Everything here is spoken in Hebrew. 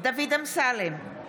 דוד אמסלם,